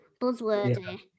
buzzwordy